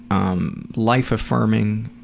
um, life-affirming,